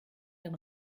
den